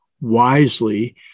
wisely